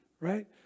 right